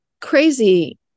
crazy